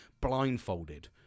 blindfolded